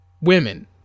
women